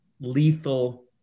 lethal